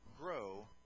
grow